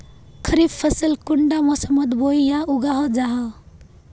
खरीफ फसल कुंडा मोसमोत बोई या उगाहा जाहा?